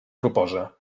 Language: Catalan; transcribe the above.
propose